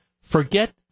forget